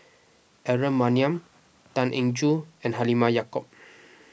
Aaron Maniam Tan Eng Joo and Halimah Yacob